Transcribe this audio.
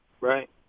right